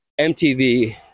MTV